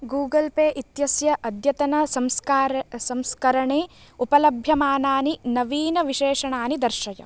Google Pay इत्यस्य अद्यतनसंस्कार संस्करणे उपलभ्यमानानि नवीनविशेषणानि दर्शय